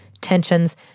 tensions